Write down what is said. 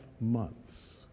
months